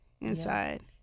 inside